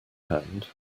hand